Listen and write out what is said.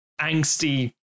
angsty